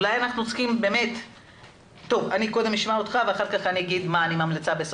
אשמע אותך ובסוף הדיון אומר מה אני ממליצה.